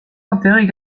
intérêt